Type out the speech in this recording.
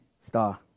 star